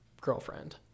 girlfriend